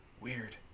Weird